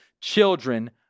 children